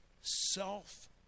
self